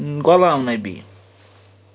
Ghulam Nabi